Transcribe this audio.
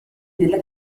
della